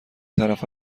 طرف